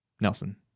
nelson